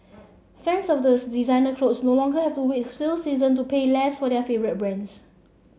fans of those designer clothes no longer have to wait for sale season to pay less for their favourite brands